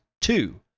two